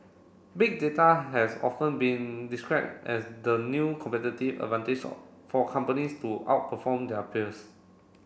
Big Data has often been describe as the new competitive advantage for companies to outperform their peers